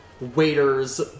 waiters